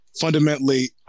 fundamentally